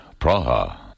Praha